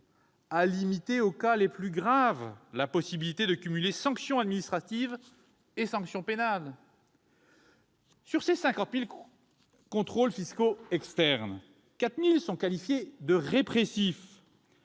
a limité aux cas les plus graves la possibilité de cumuler sanction administrative et sanction pénale. Sur les 50 000 contrôles fiscaux externes, 4 000 sont qualifiés de « répressifs